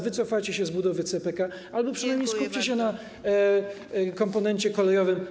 wycofajcie się z budowy CPK albo przynajmniej skupcie się na komponencie kolejowym.